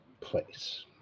place